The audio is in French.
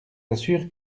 assure